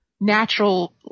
natural